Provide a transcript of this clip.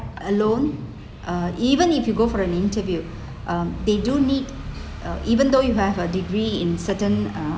alone or even uh if you go for an interview um they do need uh even though you have a degree in certain uh